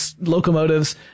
locomotives